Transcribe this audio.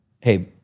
hey